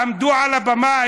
עמדו על הבמה.